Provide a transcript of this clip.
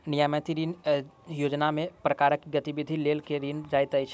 मियादी ऋण योजनामे केँ प्रकारक गतिविधि लेल ऋण देल जाइत अछि